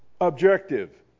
Objective